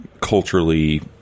culturally